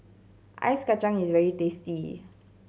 Ice Kachang is very tasty